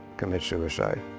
committed suicide.